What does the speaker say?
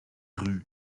rue